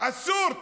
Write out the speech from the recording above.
אסור.